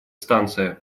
станции